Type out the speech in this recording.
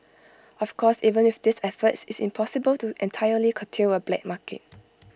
of course even with these efforts IT is impossible to entirely curtail A black market